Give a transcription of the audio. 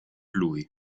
lui